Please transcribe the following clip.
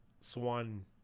Swan